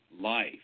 life